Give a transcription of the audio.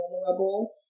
vulnerable